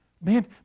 Man